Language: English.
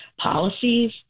policies